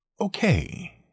okay